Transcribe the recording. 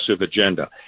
agenda